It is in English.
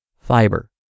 fiber